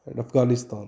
Afghanistan